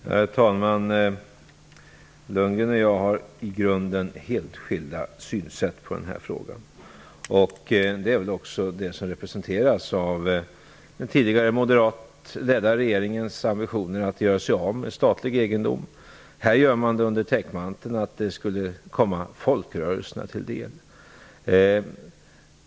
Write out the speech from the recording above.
Herr talman! Bo Lundgren och jag har i grunden helt skilda synsätt i denna fråga. Det är väl det som representeras av den tidigare moderatledda regeringens ambitioner att göra sig av med statlig egendom. Här gör man det under täckmanteln att det skulle komma folkrörelserna till del.